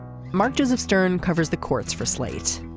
mark joseph stern covers the courts for slate